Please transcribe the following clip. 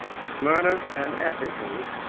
smyrna and ephesus,